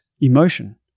emotion